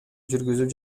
жүргүзүп